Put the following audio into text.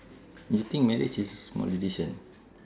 you think marriage is small decision